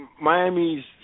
Miami's